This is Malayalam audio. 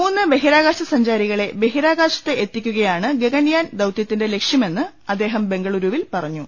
മൂന്ന് ബഹിരാകാശ സഞ്ചാരികളെ ബഹിരാകാശത്ത് എത്തിക്കുകയാണ് ഗഗൻയാൻ ദൌത്യത്തിന്റെ ലക്ഷ്യമെന്ന് അദ്ദേഹം ബെങ്ക ളൂരുവിൽ പറഞ്ഞു